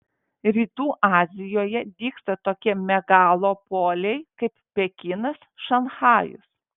rytų azijoje dygsta tokie megalopoliai kaip pekinas šanchajus